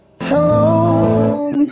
Hello